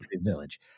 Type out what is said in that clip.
Village